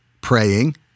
praying